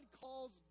calls